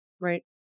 right